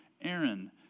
Aaron